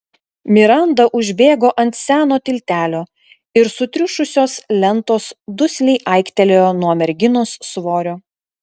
miranda užbėgo ant seno tiltelio ir sutriušusios lentos dusliai aiktelėjo nuo merginos svorio